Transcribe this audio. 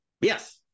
Yes